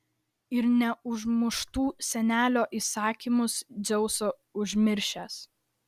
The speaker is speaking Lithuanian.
ir neužmuštų senelio įsakymus dzeuso užmiršęs